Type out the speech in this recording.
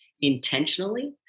intentionally